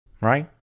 right